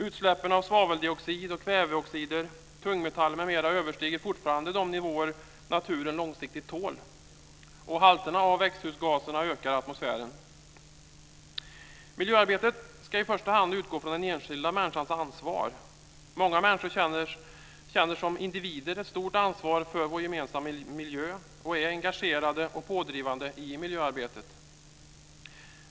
Utsläppen av svaveldioxid, kväveoxid, tungmetall m.m. överstiger fortfarande de nivåer som naturen långsiktigt tål, och halterna av växthusgaser ökar i atmosfären. Miljöarbetet ska i första hand utgå från den enskilda människans ansvar. Många människor känner som individer ett stort ansvar för vår gemensamma miljö och är engagerade och pådrivande i miljöarbetet.